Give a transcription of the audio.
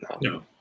No